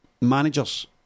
managers